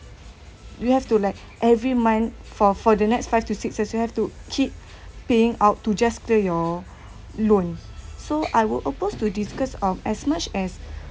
you have to like every month for for the next five to six years you have to keep paying out to just clear your loan so I will oppose to this cause um as much as